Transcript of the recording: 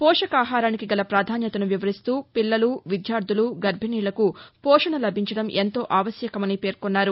పోషకాహారానికి గల పాధాన్యతను వివరిస్తూ పిల్లలు విద్యార్థులు గర్బిణులకు పోషణ లభించడం ఎంతో ఆవశ్యకమని పేర్కొన్నారు